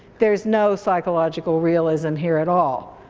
there's no psychological realism here at all.